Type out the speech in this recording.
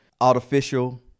artificial